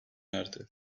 erdi